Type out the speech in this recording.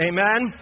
Amen